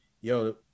yo